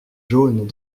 jaunes